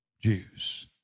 Jews